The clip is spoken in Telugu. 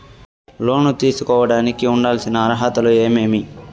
లోను తీసుకోడానికి ఉండాల్సిన అర్హతలు ఏమేమి?